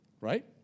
Right